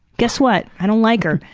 guess what? i don't like her.